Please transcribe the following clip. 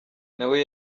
nawe